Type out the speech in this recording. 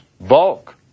bulk